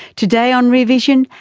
today on rear vision,